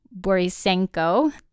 Borisenko